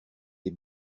les